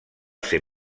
ser